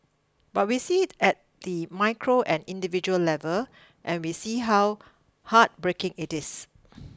but we see it at the micro and individual level and we see how heartbreaking it is